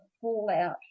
fallout